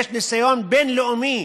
יש ניסיון בין-לאומי,